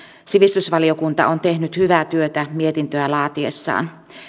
sivistysvaliokunta on tehnyt hyvää työtä mietintöä laatiessaan